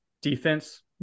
Defense